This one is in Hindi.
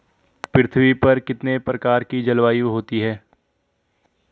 पृथ्वी पर जलवायु कितने प्रकार की होती है?